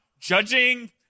judging